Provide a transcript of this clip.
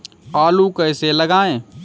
आलू कैसे लगाएँ?